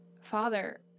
Father